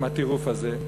עם הטירוף הזה,